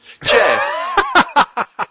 Jeff